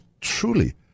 truly